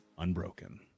Unbroken